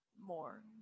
more